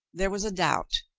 there was a doubt,